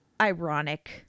ironic